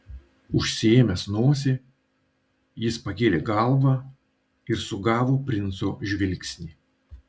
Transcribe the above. užsiėmęs nosį jis pakėlė galvą ir sugavo princo žvilgsnį